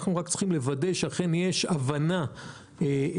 אנחנו רק צריכים לוודא שאכן יש הבנה עמוקה